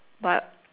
but